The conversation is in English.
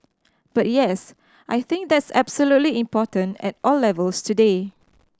but yes I think that's absolutely important at all levels today